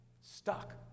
stuck